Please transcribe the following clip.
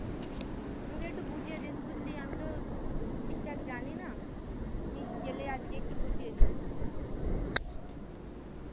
আমাকে একটু বুঝিয়ে দিস বুঝলি আমি তো ঠিকঠাক জানি না তুই গেলে আজকে একটু বুঝিয়ে দিস